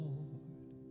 Lord